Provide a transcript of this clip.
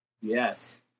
Yes